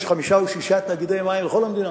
יש חמישה או שישה תאגידי מים בכל המדינה.